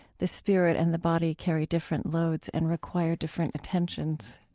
the spirit and the body carry different loads and require different attentions.